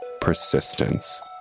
persistence